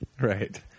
right